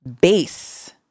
base